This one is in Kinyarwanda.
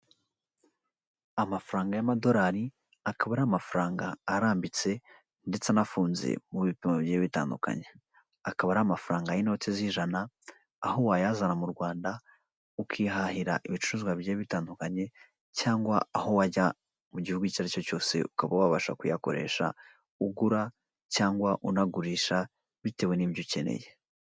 Amafaranga y'amadorari akaba ari amafaranga arambitse ndetse anafunze mu bipimo bigiye bitandukanye, akaba ari amafaranga y'inoti z'ijana, aho wayazana mu Rwanda ukihahira ibicuruzwa bigiye bitandukanye cyangwa aho wajya mu gihugu icyo ari cyo cyose ukaba wabasha kuyakoresha ugura cyangwa unagurisha bitewe n'ibyo ukeneye.